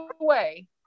away